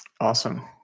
Awesome